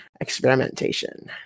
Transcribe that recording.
experimentation